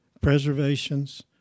preservations